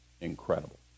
incredible